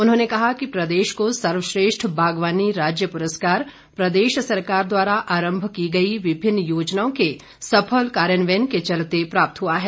उन्होंने कहा कि प्रदेश को सर्वश्रेष्ठ बागवानी राज्य पुरस्कार प्रदेश सरकार द्वारा आरम्भ की गई विभिन्न योजनाओं के सफल कार्यान्वयन के चलते प्राप्त हुआ है